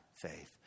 faith